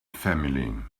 family